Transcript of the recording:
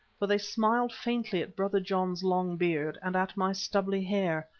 for they smiled faintly at brother john's long beard and at my stubbly hair,